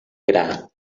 gra